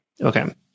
Okay